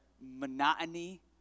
monotony